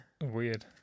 Weird